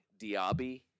Diaby